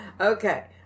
Okay